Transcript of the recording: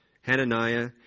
Hananiah